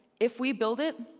if we build it,